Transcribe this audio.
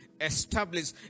establish